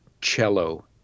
cello